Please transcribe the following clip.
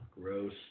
Gross